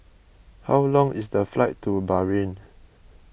how long is the flight to Bahrain